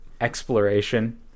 Exploration